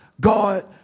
God